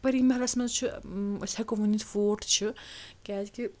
پٔری محلَس منٛز چھِ أسۍ ہٮ۪کو ؤنِتھ فوٹ چھِ کیٛازِکہِ